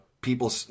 people